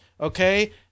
Okay